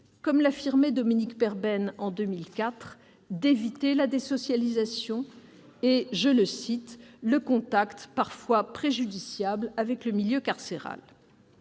comme l'affirmait Dominique Perben en 2004, d'« éviter la désocialisation [...] et le contact parfois préjudiciable avec le milieu carcéral ».